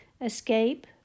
escape